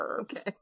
Okay